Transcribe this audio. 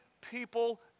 people